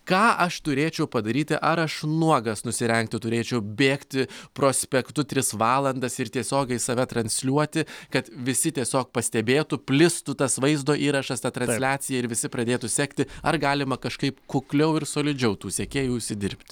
ką aš turėčiau padaryti ar aš nuogas nusirengti turėčiau bėgti prospektu tris valandas ir tiesiogiai save transliuoti kad visi tiesiog pastebėtų plistų tas vaizdo įrašas ta transliacija ir visi pradėtų sekti ar galima kažkaip kukliau ir solidžiau tų sekėjų užsidirbti